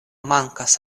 mankas